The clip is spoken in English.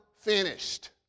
finished